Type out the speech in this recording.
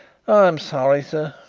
i'm sorry, sir,